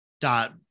dot